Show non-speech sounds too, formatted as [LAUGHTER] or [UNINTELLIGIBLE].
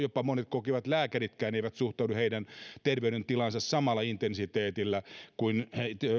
[UNINTELLIGIBLE] jopa että lääkäritkään eivät suhtaudu heidän terveydentilaansa samalla intensiteetillä kuin